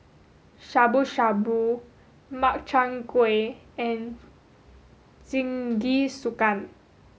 Shabu Shabu Makchang Gui and Jingisukan